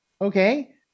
okay